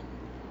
the call